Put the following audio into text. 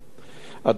הדבר התשיעי,